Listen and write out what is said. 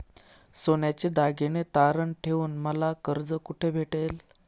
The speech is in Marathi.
सोन्याचे दागिने तारण ठेवून मला कर्ज कुठे भेटेल?